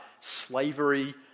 slavery